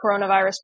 coronavirus